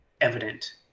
evident